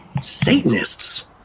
Satanists